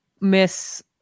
miss